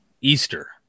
Easter